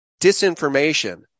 disinformation